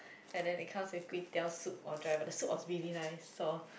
and then it comes with Kway-Teow soup or dry but the soup is really nice so